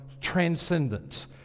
transcendence